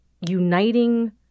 uniting